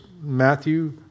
Matthew